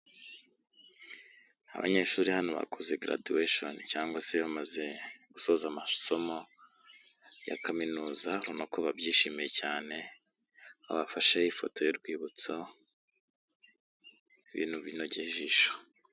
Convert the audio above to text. Abanyeshuri hano bakoze graduation cyangwa se bamaze gusoza amasomo ya kaminuza ubona ko babyishimiye cyane, babafashe ifoto y'urwibutso, ibintu binogeye ijisho.